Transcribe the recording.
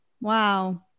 Wow